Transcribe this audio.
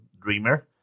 dreamer